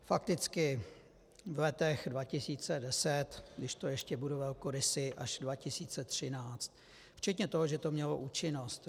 Fakticky v letech 2010, když budu ještě velkorysý, až 2013, včetně toho, že to mělo účinnost.